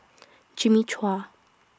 Jimmy Chua